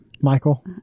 Michael